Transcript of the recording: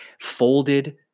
folded